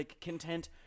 content